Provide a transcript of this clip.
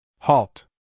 Halt